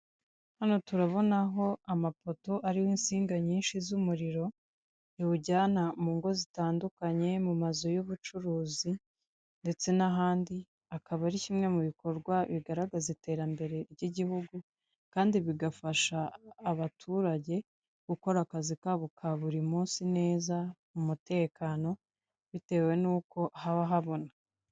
Hano turabonaho amapoto ariho insinga nyinshi z'umuriro, ziwujyana mu ngo zitandukanye mu mazu y'ubucuruzi ndetse n'ahandi, akaba ari kimwe mu bikorwa bigaragaza iterambere ry'igihugu kandi bigafasha abaturage gukora akazi kabo ka buri munsi neza, mu mutekano, bitewe n'uko haba habona.